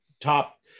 top